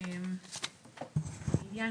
לעניין